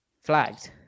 flagged